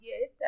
Yes